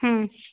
हम्म